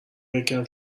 یکم